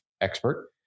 expert